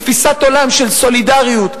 תפיסת עולם של סולידריות,